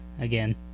again